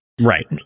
right